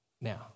Now